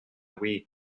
wii